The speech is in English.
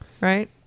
right